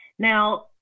Now